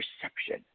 perception